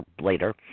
later